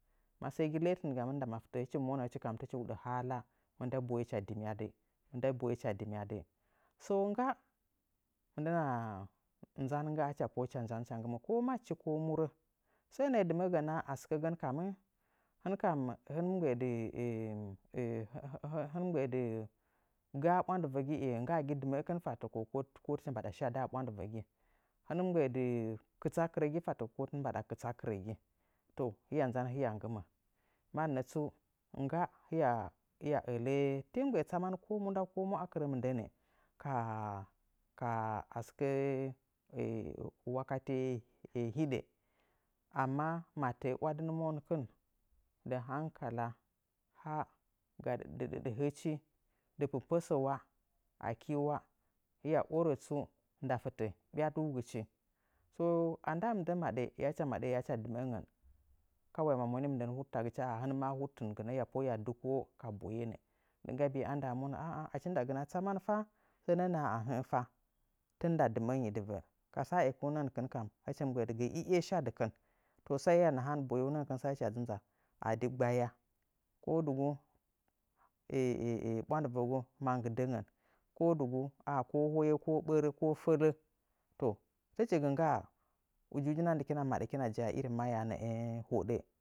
Ma səə gi ləətɨn gamɨn ndama fɨtə hɨchi mɨ mgbə'ə dɨ mɨ monə hɨchi kam tɨchi huɗə hala mɨndəa boye hɨcha dɨmyadɨ. So, ngga mɨndən nzan ngga hɨcha pohəə hɨcha nggɨmadɨ ko madɨchi ko murə. Səə nəə dɨməə ganə a sɨkəgən kammɨ, hɨn kam hɨn mɨ mgbə'ə dɨ mɨ gəə aɓwandɨvəgi ngga'agi dɨ mə'əkɨn təko ko tɨchi mbaɗa shadɨ a ɓwandɨvəgi? Hɨn mɨ mgbə'ə dɨ kɨtsa kɨrəgi fattəko ko tɨn mbaɗa kɨtsa kɨrəgi? To, hiya nzan hiya nggɨmə mannə tsu ngga hiya hiya ələ, tii mgbəə tsama ko mu nda ko mu a kɨrə mɨndə ka a sɨkə wakatə hiɗə. Amma ma tə'ə “wadɨn monkɨn, dɨ hangkala, dɨ dəɗdəhəchi dɨ pəpəsə wa akii wa hiiya orətju nda fɨtə, ɓyaduugɨchi. Andaa mɨndəa maɗə ya hɨcha maɗə hɨcha dɨməəngən kawai ma moni mɨndə huɗtagɨchi, hiya monə hɨn maa huɗɨɨngɨnə hiya pohəə hiya duko'ə. diga bi'i a ndaa monə achi ndagɨna tsaman fa, sənə nə'ə a hə'ə fa, tɨn nda dɨmə'ənyi dɨvə. Ka, səekuunəkɨn nə ja, eheh shadɨkin. To sai hya nahan boyeunəngənkɨn sai hɨcha dɨ nza a di gbaya ko dugu ɓwandɨvəgu ma nggɨɗəngən. Ko dugu ko hoye ko ɓərə, ko fələ. To, tɨchi gɨ ngga'a ujiujin andakina ja'a ko mahyaa nəə hoɗə.